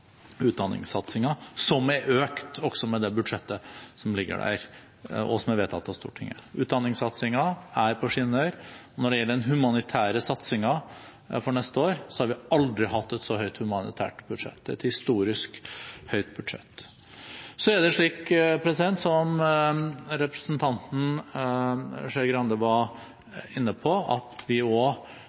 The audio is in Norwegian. som er økt også med det budsjettet som er vedtatt av Stortinget. Utdanningssatsingen er på skinner. Når det gjelder den humanitære satsingen for neste år, har vi aldri hatt et så høyt humanitært budsjett. Det er et historisk høyt budsjett. Så har vi, som representanten Skei Grande var inne på, også mottatt titusenvis av flyktninger og